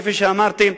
כפי שאמרתי,